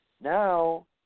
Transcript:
now